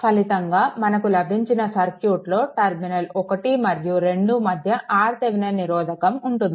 ఫలితంగా మనకు లభించిన సర్క్యూట్లో టర్మినల్ 1 మరియు 2 మధ్య RThevenin నిరోధకం ఉంటుంది